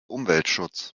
umweltschutz